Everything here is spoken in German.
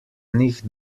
nicht